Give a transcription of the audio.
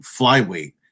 flyweight